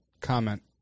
comment